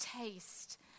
taste